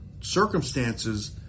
circumstances